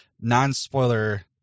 non-spoiler